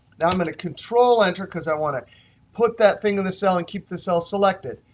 now i'm going to control enter, because i want to put that thing in the cell and keep the cell selected.